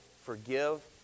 forgive